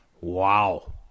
Wow